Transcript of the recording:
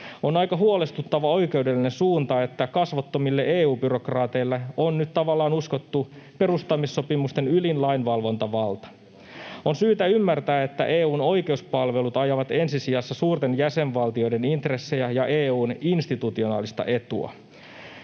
On aika huolestuttava oikeudellinen suunta, että kasvottomille EU-byrokraateille on nyt tavallaan uskottu perustamissopimusten ylin lainvalvontavalta. On syytä ymmärtää, että EU:n oikeuspalvelut ajavat ensi sijassa suurten jäsenvaltioiden intressejä ja EU:n institutionaalista etua.